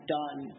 done